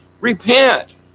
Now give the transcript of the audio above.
repent